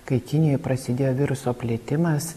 kai kinijoj prasidėjo viruso plitimas